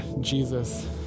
Jesus